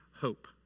hope